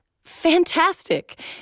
Fantastic